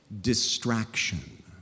distraction